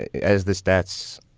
as the stats,